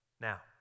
Now